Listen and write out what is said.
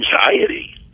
anxiety